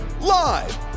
live